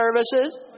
services